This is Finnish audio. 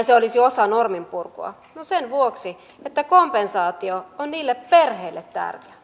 se olisi osa norminpurkua no sen vuoksi että kompensaatio on niille perheille tärkeä